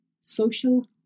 Social